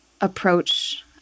approach